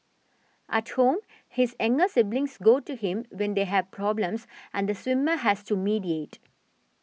at home his younger siblings go to him when they have problems and the swimmer has to mediate